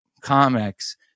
Comics